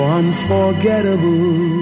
unforgettable